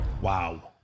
Wow